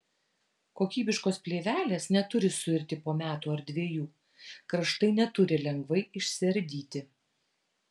kokybiškos plėvelės neturi suirti po metų ar dviejų kraštai neturi lengvai išsiardyti